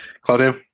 Claudio